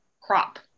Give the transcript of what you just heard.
crop